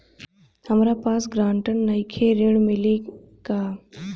हमरा पास ग्रांटर नईखे ऋण मिली का?